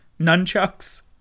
Nunchucks